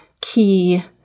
key